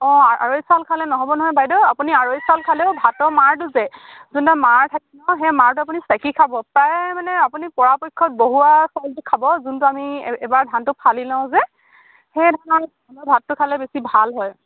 অঁ আৰৈ চাউল খালে নহ'ব নহয় বাইদেউ আপুনি আৰৈ চাউল খালেও ভাতৰ মাৰটো যে যোনটো মাৰ থাকে নহ্ সেই মাৰটো আপুনি চেকি খাব প্ৰায় মানে আপুনি পৰাপক্ষত বহোৱা চাউলটো খাব যোনটো আমি এবাৰ ধানটো ফালি লওঁ যে সেই ধানৰ ভাতটো খালে বেছি ভাল হয়